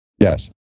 Yes